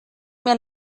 mir